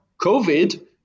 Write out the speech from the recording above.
COVID